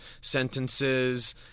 sentences